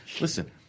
Listen